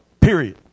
Period